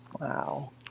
Wow